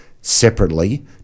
separately